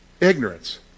ignorance